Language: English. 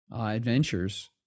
adventures